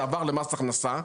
זה עבר למס הכנסה,